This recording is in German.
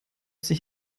sich